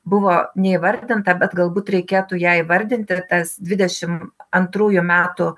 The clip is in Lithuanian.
buvo neįvardinta bet galbūt reikėtų ją įvardinti tas dvidešimt antrųjų metų